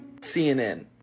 CNN